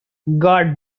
god